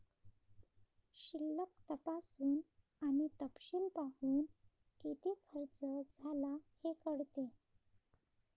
शिल्लक तपासून आणि तपशील पाहून, किती खर्च झाला हे कळते